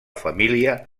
família